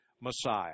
Messiah